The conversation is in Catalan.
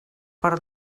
per